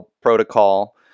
protocol